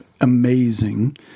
Amazing